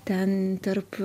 ten tarp